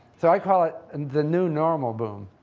so i call it and the new normal boom.